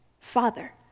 Father